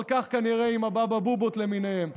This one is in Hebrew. אבל כך כנראה עם הבבא בובות למיניהם: